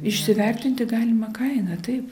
įsivertinti galimą kainą taip